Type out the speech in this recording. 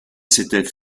s’était